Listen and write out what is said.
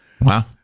Wow